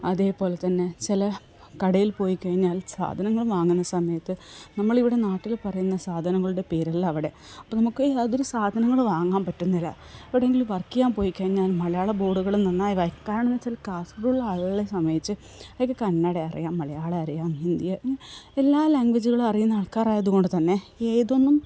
അതേപോലെ തന്നെ ചില കടയിൽ പോയി കഴിഞ്ഞാൽ സാധനങ്ങൾ വാങ്ങുന്ന സമയത്ത് നമ്മളിവിടെ നാട്ടിൽ പറയുന്ന സാധനങ്ങളുടെ പേരല്ല അവിടെ അപ്പം നമുക്ക് യാതൊരു സാധനങ്ങളും വാങ്ങാൻ പറ്റുന്നില്ല എവിടെയെങ്കിലും വർക്ക് ചെയ്യാൻ പോയിക്കഴിഞ്ഞാല് മലയാള ബോർഡുകൾ നന്നായി വായി കാരണമെന്താണെന്നുവെച്ചാല് കാസർഗോഡുള്ള ആളുകളെ സംബന്ധിച്ച് അവര്ക്ക് കന്നഡ അറിയാം മലയാളം അറിയാം ഹിന്ദി അറിയാം എല്ലാ ലാംഗ്വേജുകളും അറിയുന്ന ആൾക്കാരായതുകൊണ്ടു തന്നെ ഏതൊന്നും